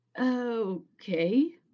okay